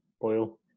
boil